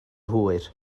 hwyr